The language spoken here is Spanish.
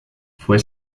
fue